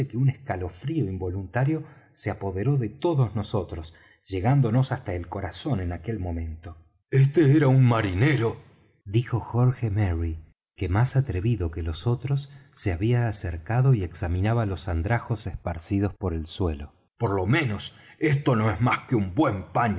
un calofrío involuntario se apoderó de todos nosotros llegándonos hasta el corazón en aquel momento este era un marinero dijo jorge merry que más atrevido que los otros se había acercado y examinaba los andrajos esparcidos por el suelo por lo menos esto no es más que un buen paño